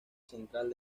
central